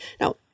Now